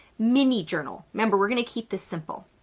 mini journal. remember, we're going to keep this simple.